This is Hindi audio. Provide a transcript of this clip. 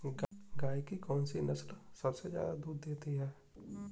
गाय की कौनसी नस्ल सबसे ज्यादा दूध देती है?